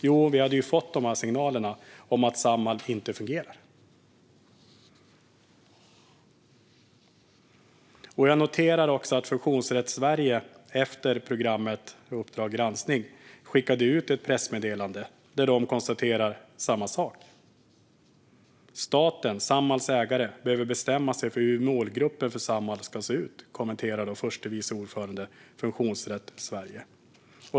Jo, vi hade ju fått de här signalerna om att Samhall inte fungerar. Jag noterar också att Funktionsrätt Sverige efter programmet Uppdrag granskning skickade ut ett pressmeddelande där de konstaterade samma sak: Staten, Samhalls ägare, behöver bestämma sig för hur målgruppen för Samhall ska se ut, kommenterade förste vice ordföranden i Funktionsrätt Sverige.